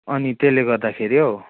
अनि त्यसले गर्दाखेरि हौ